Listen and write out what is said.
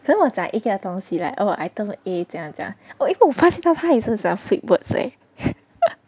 so was like 一个东西 right like I told A 这样讲 oh 因为我发现到他也是喜欢 flip words eh